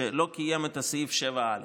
שלא קיים את סעיף 7א,